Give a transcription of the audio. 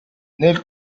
nel